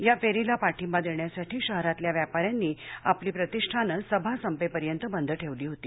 या फेरीला पाठिंबा देण्यासाठी शहरातल्या व्यापाऱ्यांनी आपली प्रतिष्ठानं सभा संपेपर्यंत बंद ठेवली होती